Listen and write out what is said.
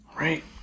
Right